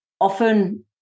often